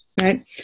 Right